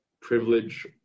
privilege